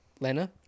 Lena